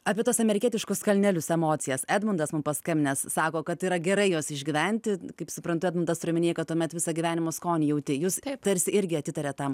apie tuos amerikietiškus kalnelius emocijas edmundas mums paskambinęs sako kad yra gerai juos išgyventi kaip suprantu edmundas turi omenyje kad tuomet visą gyvenimo skonį jauti jūs tarsi irgi atitarėt tam